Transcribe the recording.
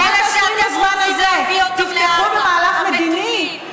כי את לא יודעת מי זה הג'יהאד האסלאמי והחמאס.